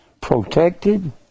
protected